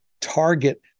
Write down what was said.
target